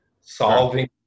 solving